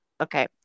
Okay